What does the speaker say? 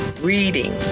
reading